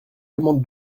demande